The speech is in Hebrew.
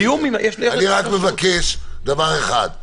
אני רק מבקש דבר אחד,